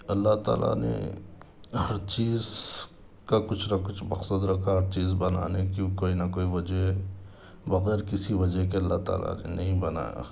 اللہ تعالیٰ نے ہر چیز کا کچھ نہ کچھ مقصد رکھا ہر چیز بنانے کی کوئی نہ کوئی وجہ بغیر کسی وجہ کے اللہ تعالیٰ نے نہیں بنایا